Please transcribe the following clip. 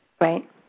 Right